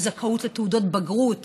על זכאות לתעודות בגרות,